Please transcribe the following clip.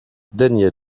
daniel